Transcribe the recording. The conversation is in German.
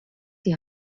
die